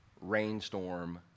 rainstorm